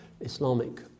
Islamic